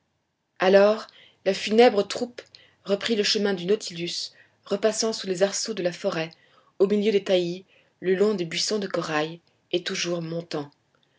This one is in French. alors la funèbre troupe reprit le chemin du nautilus repassant sous les arceaux de la forêt au milieu des taillis le long des buissons de corail et toujours montant